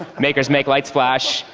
makers make lights flahs.